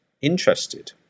interested